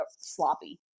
sloppy